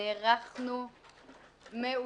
נערכנו מעולה,